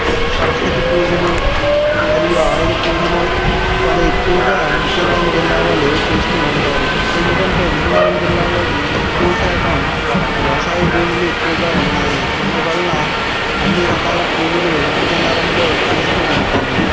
సరస్వతీ పూజలు మరియు ఆయుధ పూజలు చాలా ఎక్కువగా విజయనగరం జిల్లా వాళ్ళు చేస్తూ ఉంటారు ఎందుకంటే విజయనగరం జిల్లాలోని ఎక్కువ శాతం వ్యవసాయ భూములు ఎక్కువగా ఉన్నాయి అందువల్ల అన్నీ రకాల పూజలు విజయనగరంలో చేస్తూ ఉంటాము